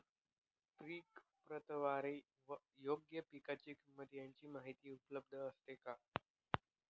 पीक प्रतवारी व योग्य पीक किंमत यांची माहिती उपलब्ध असते का?